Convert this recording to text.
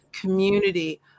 community